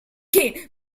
kaine